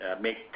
make